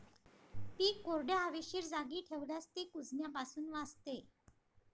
पीक कोरड्या, हवेशीर जागी ठेवल्यास ते कुजण्यापासून वाचते